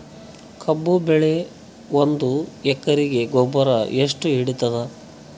ಕಬ್ಬು ಬೆಳಿ ಒಂದ್ ಎಕರಿಗಿ ಗೊಬ್ಬರ ಎಷ್ಟು ಹಿಡೀತದ?